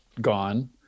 Gone